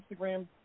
Instagram